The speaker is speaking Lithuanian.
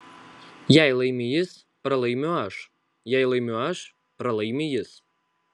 jei laimi jis pralaimiu aš jei laimiu aš pralaimi jis